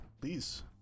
Please